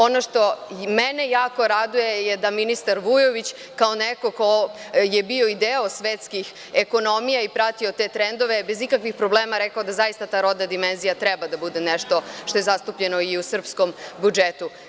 Ono što mene jako raduje je da ministar Vujović, kao neko ko je bio i deo svetskih ekonomija i pratio te trendove, bez ikakvih problema rekao da zaista ta rodna dimenzija treba da bude nešto što je zastupljeno i u srpskom budžetu.